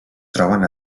troben